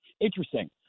interesting